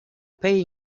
pay